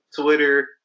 twitter